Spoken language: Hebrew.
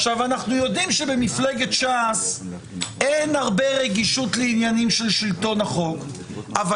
אנחנו יודעים שבמפלגת ש"ס אין הרבה רגישות לעניינים של שלטון החוק אבל